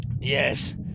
Yes